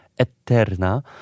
Eterna